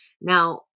Now